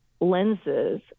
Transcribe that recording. lenses